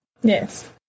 Yes